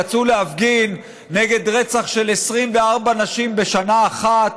יצאו להפגין נגד רצח של 24 נשים בשנה אחת,